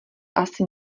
asi